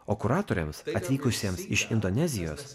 o kuratoriams atvykusiems iš indonezijos